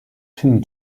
two